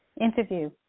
interview